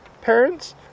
parents